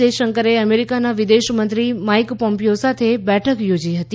જયશંકરે અમેરિકાના વિદેશ મંત્રી માઇક પોમ્પીયો સાથે બેઠક યોજી હતી